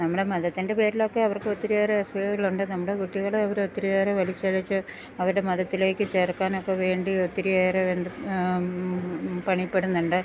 നമ്മുടെ മതത്തിൻ്റെ പേരിൽ ഒക്കെ അവർക്ക് ഒത്തിരിയേറെ അസൂയകളുണ്ട് നമ്മുടെ കുട്ടികളെ അവർ ഒത്തിരിയേറെ വലിച്ചിഴച്ച് അവരുടെ മതത്തിലേക്ക് ചേർക്കാൻ ഒക്ക വേണ്ടി ഒത്തിരിയേറെ എന്ത് പണിപ്പെടുന്നുണ്ട്